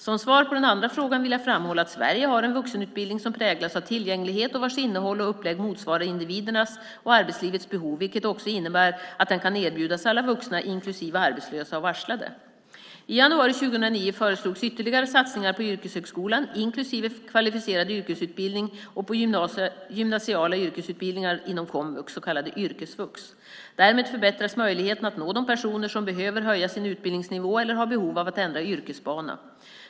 Som svar på den andra frågan vill jag framhålla att Sverige har en vuxenutbildning som präglas av tillgänglighet och vars innehåll och upplägg motsvarar individernas och arbetslivets behov, vilket också innebär att den kan erbjudas alla vuxna, inklusive arbetslösa och varslade. I januari 2009 föreslogs ytterligare satsningar på yrkeshögskolan, inklusive kvalificerad yrkesutbildning, och på gymnasiala yrkesutbildningar inom komvux, så kallad yrkesvux. Därmed förbättras möjligheterna att nå de personer som behöver höja sin utbildningsnivå eller har behov av att ändra yrkesbana.